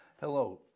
Hello